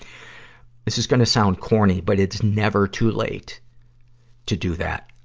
this is gonna sound corny, but it's never too late to do that.